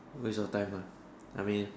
waste of time one I mean